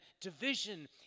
division